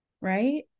right